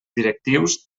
directius